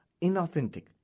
inauthentic